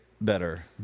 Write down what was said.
better